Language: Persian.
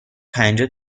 پنجاه